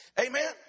Amen